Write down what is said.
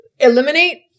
eliminate